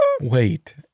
Wait